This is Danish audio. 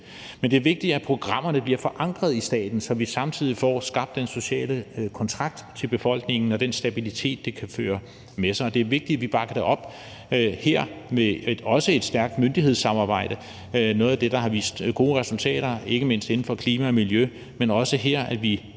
Men det er vigtigt, at programmerne bliver forankret i staten, så vi samtidig får skabt den sociale kontrakt til befolkningen med den stabilitet, det kan føre med sig. Det er vigtigt, at vi bakker det op herfra, også med et stærkt myndighedssamarbejde. Det er noget af det, der har vist gode resultater, ikke mindst inden for klima og miljø, men også at vi her, måske